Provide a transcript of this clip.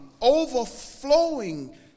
overflowing